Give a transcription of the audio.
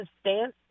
stance